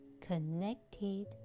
connected